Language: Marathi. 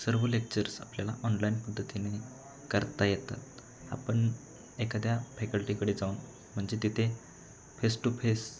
सर्व लेक्चर्स आपल्याला ऑनलाईन पद्धतीने करता येतात आपण एखाद्या फॅकल्टीकडे जाऊन म्हणजे तिथे फेस टू फेस